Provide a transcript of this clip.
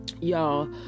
y'all